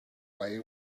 way